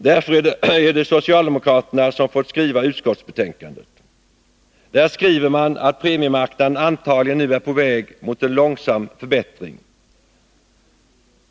Därför är det socialdemokraterna som fått skriva utskottsbetänkandet. Där skriver man att premiemarknaden antagligen nu är på väg mot en långsam förbättring.